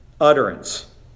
utterance